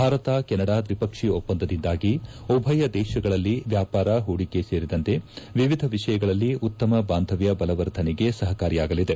Bharat Canada ದ್ವಿಪಕ್ಷೀಯ ಒಪ್ಪಂದದಿಂದಾಗಿ ಉಭಯ ದೇಶಗಳಲ್ಲಿ ವ್ಯಾಪಾರ ಹೂಡಿಕೆ ಸೇರಿದಂತೆ ವಿವಿಧ ವಿಷಯಗಳಲ್ಲಿ ಉತ್ತಮ ಬಾಂಧವ್ನ ಬಲವರ್ಧನೆಗೆ ಸಹಕಾರಿಯಾಗಲಿದೆ